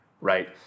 Right